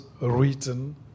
written